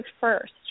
first